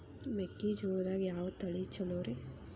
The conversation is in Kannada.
ಮೆಕ್ಕಿಜೋಳದಾಗ ಯಾವ ತಳಿ ಛಲೋರಿ?